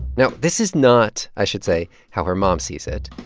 now, this is not, i should say, how her mom sees it.